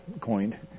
coined